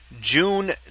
June